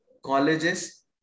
colleges